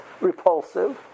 repulsive